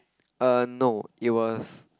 err no it was